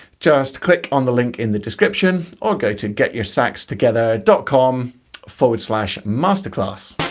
just click on the link in the description or go to get your sax together dot com forward slash masterclass.